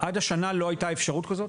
עד השנה לא הייתה אפשרות כזאת.